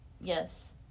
yes